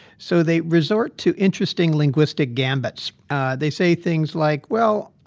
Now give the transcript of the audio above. so they resort to interesting linguistic gambits they say things like, well,